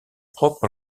propre